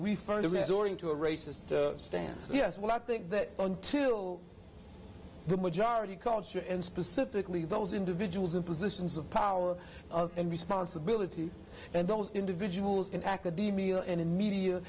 resorting to a racist stance yes well i think that until the majority culture and specifically those individuals in positions of power and responsibility and those individuals in academia and in media